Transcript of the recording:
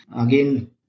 again